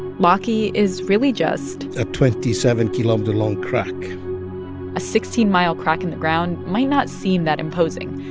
laki is really just. a twenty seven kilometer long crack a sixteen mile crack in the ground might not seem that imposing.